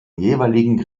jeweiligen